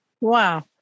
Wow